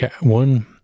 one